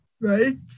Right